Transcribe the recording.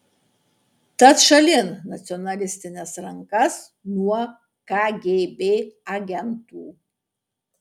tad šalin nacionalistines rankas nuo kgb agentų